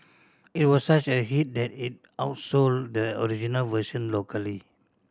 it was such a hit that it outsold the original version locally